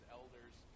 elders